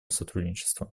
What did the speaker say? сотрудничеством